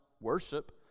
worship